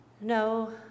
No